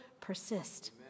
persist